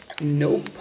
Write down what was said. Nope